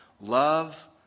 Love